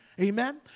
Amen